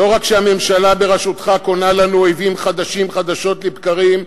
לא רק שהממשלה בראשותך קונה לנו אויבים חדשים חדשות לבקרים,